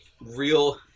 real